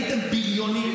הייתם בריונים,